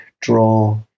draw